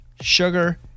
sugar